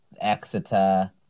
Exeter